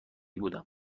بودم